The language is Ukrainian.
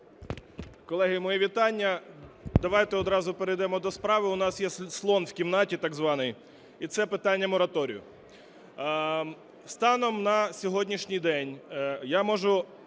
Колеги, мої вітання! Давайте відразу перейдемо до справи. У нас є "слон в кімнаті" так званий і це питання мораторію. Станом на сьогоднішній день я можу